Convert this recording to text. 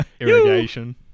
irrigation